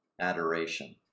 adoration